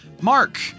Mark